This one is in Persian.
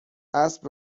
اسب